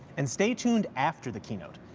and stay tuned after the keynote,